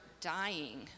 dying